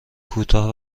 کوتاه